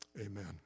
Amen